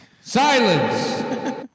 Silence